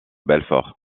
belfort